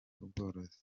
ubworozi